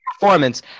performance